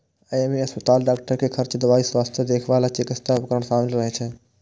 अय मे अस्पताल, डॉक्टर के खर्च, दवाइ, स्वास्थ्य देखभाल आ चिकित्सा उपकरण शामिल रहै छै